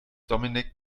dominik